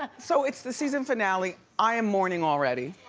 so it's the season finale, i am mourning already.